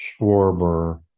Schwarber